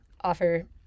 offer